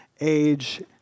age